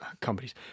companies